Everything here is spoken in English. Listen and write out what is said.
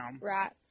Right